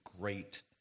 great